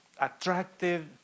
attractive